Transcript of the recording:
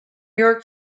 york